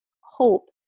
hope